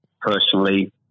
personally